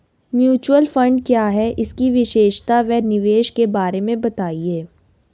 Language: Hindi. म्यूचुअल फंड क्या है इसकी विशेषता व निवेश के बारे में बताइये?